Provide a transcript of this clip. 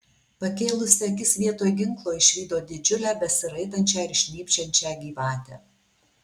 pakėlusi akis vietoj ginklo išvydo didžiulę besiraitančią ir šnypščiančią gyvatę